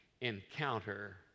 encounter